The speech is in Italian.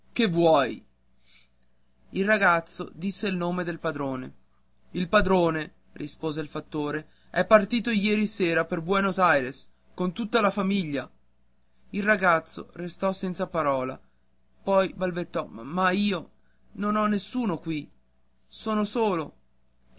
che vuoi il ragazzo disse il nome del padrone il padrone rispose il fattore è partito ieri sera per buenos aires con tutta la sua famiglia il ragazzo restò senza parola poi balbettò ma io non ho nessuno qui sono solo